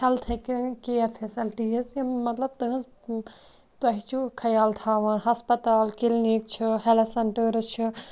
health care facilities یِم مطلب تٕہٕنٛز تۄہہِ چھُو خیال تھاوان ہَسپَتال کِلنِک چھِ ہٮ۪لٕتھ سٮ۪نٛٹٲرٕس چھِ